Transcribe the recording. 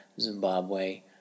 Zimbabwe